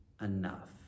enough